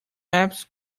maps